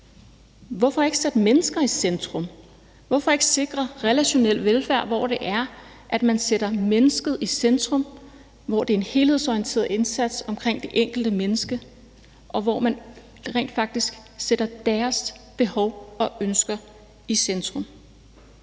Hvorfor ikke sætte mennesket i centrum? Hvorfor ikke sikre relationel velfærd, hvor man sætter mennesket i centrum, hvor det er en helhedsorienteret indsats omkring det enkelte menneske, og hvor man rent faktisk sætter deres behov og ønsker i centrum?